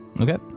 Okay